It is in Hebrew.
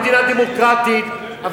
אבל מה לעשות, אנחנו מדינה דמוקרטית.